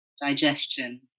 digestion